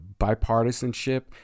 Bipartisanship